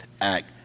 Act